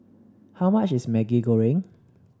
how much is Maggi Goreng